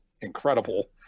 incredible